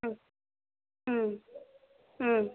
ம் ம் ம்